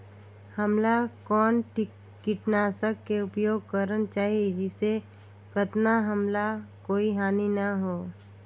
हमला कौन किटनाशक के उपयोग करन चाही जिसे कतना हमला कोई हानि न हो?